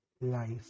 life